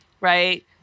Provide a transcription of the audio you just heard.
Right